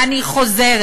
ואני חוזרת: